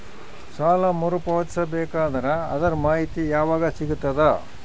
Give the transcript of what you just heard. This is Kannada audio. ಸಾಲ ಮರು ಪಾವತಿಸಬೇಕಾದರ ಅದರ್ ಮಾಹಿತಿ ಯವಾಗ ಸಿಗತದ?